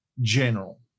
general